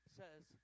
says